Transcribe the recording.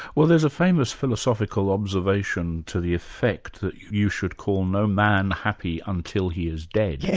well there's a famous philosophical observation to the effect that you should call no man happy until he is dead. yeah